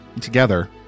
together